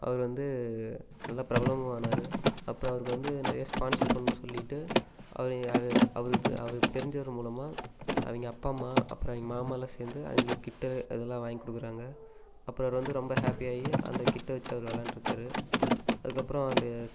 அவர் வந்து நல்ல பிரபலமும் ஆனார் அப்புறம் அவருக்கு வந்து நிறையா ஸ்பான்சர் பண்ணுன்னு சொல்லிவிட்டு அவரை அவருக்கு அவருக்கு தெரிஞ்சவர் மூலமாக அவங்க அப்பா அம்மா அப்புறம் அவங்க மாமா எல்லாம் சேர்ந்து அவங்களுக்கு கிட்டு அதெல்லாம் வாங்கி கொடுக்குறாங்க அப்புறம் அவர் வந்து ரொம்ப ஹாப்பியாயி அந்த கிட்டை வச்சு அவர் விளையாண்ட்டு இருக்கார் அதுக்கப்புறம் அந்த